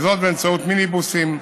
וזאת באמצעות מיניבוסים,